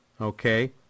Okay